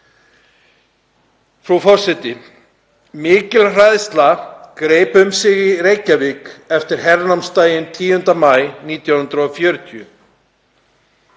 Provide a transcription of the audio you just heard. Frú forseti. Mikil hræðsla greip um sig í Reykjavík eftir hernámsdaginn 10. maí 1940.